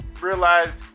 realized